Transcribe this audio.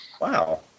Wow